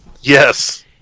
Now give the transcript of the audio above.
Yes